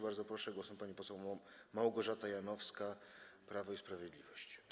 Bardzo proszę, głos ma pani poseł Małgorzata Janowska, Prawo i Sprawiedliwość.